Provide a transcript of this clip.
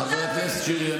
חבר הכנסת שירי,